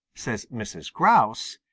says mrs. grouse,